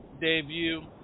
debut